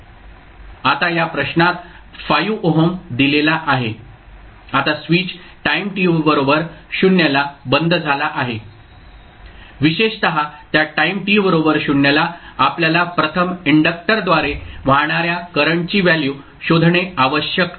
आता या प्रश्नात 5 ओहम दिलेला आहे आता स्विच टाईम t बरोबर 0 ला बंद झाला आहे विशेषतः त्या टाईम t बरोबर 0 ला आपल्याला प्रथम इंडक्टरद्वारे वाहणार्या करंटची व्हॅल्यू शोधणे आवश्यक आहे